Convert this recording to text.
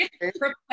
Prepare